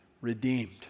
Redeemed